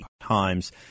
times